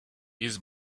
биз